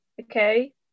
okay